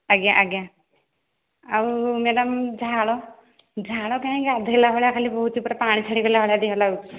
ଆଜ୍ଞା ଆଜ୍ଞା ଆଉ ମେଡମ ଝାଳ ଝାଳ କାହିଁକି ଗଧୋଇଲା ଭଳିଆ ବୋହୁଛି ପୁରା ପାଣି ଛାଡ଼ିଗଲା ଭଳିଆ ଦେହ ଲାଗୁଛି